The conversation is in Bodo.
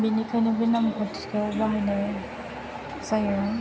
बिनिखायनो बे नेमखान्थिखौ बाहायनाय जायो